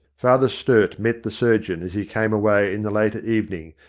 father sturt met the surgeon as he came away in the later evening,